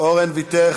אורן ויתר.